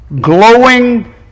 glowing